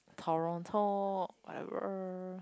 Toronto whatever